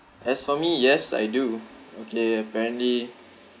as for me yes I do okay apparently